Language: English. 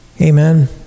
Amen